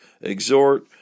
exhort